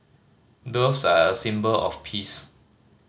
doves are a symbol of peace